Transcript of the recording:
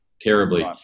terribly